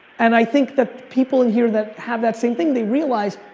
and i think that the people in here that have that same thing, they realize,